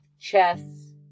chess